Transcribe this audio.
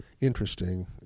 interesting